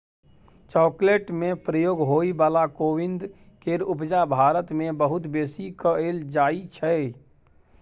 chocolate में प्रयोग होइ बला कोविंद केर उपजा भारत मे बहुत बेसी कएल जाइ छै